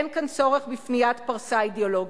אין כאן צורך בפניית פרסה אידיאולוגית.